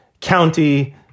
county